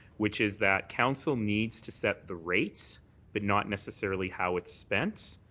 which is that council needs to set the rates but not necessarily how it's spent.